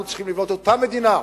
אנחנו צריכים לבנות אותה מדינה,